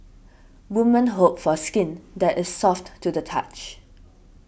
woman hope for skin that is soft to the touch